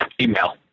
Email